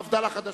מפד"ל החדשה.